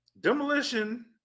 Demolition